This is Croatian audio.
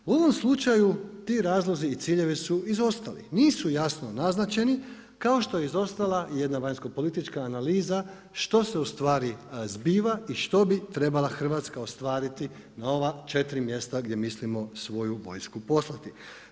U ovom slučaju ti razlozi i ciljevi su izostali, nisu jasno naznačeni, kao što je izostala i jedna vanjsko-politička analiza što se ustvari zbiva i što bi trebala Hrvatska ostvariti na ova 4 mjesta gdje mislimo svoju vojsku poslati.